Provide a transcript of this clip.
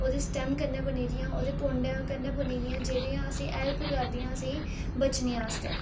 ओह्दी स्टेम कन्नै बनी दियां ओह्दे भोंडै कन्नै बनी दियां जेह्दियां असें ई हेल्प करदियां असें ई बचने आस्तै